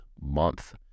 month